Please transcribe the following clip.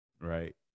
right